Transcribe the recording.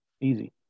Easy